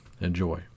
Enjoy